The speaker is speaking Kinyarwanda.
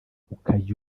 ukajya